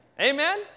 Amen